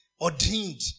ordained